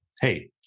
hey